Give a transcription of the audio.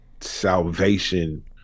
salvation